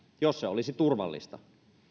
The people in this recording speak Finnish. jos se olisi turvallista